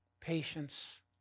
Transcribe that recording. Patience